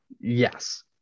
yes